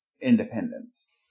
independence